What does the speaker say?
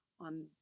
on